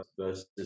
versus